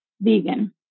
vegan